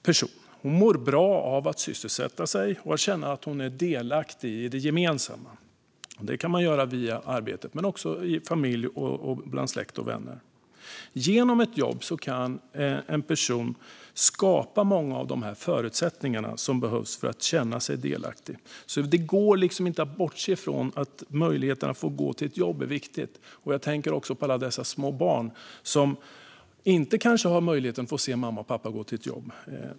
Vi mår bra av att sysselsätta oss och känna oss delaktiga i det gemensamma. Det kan man göra via arbetet men också i familjen och bland släkt och vänner. Genom ett jobb kan en person skapa många av de förutsättningar som behövs för att känna sig delaktig. Det går inte att bortse från hur viktigt det är att ha möjlighet att gå till ett jobb. Jag tänker också på alla små barn som kanske inte har möjligheten att se mamma och pappa gå till ett jobb.